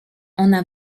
ona